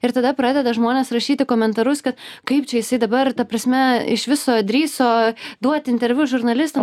ir tada pradeda žmonės rašyti komentarus kad kaip čia jisai dabar ta prasme iš viso drįso duot interviu žurnalistam